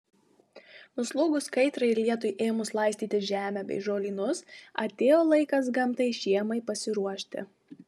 nuslūgus kaitrai ir lietui ėmus laistyti žemę bei žolynus atėjo laikas gamtai žiemai pasiruošti